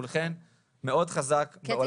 כולכן מאוד חזק בעולם בריאות הנפש.